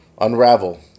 unravel